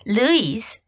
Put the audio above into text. Louise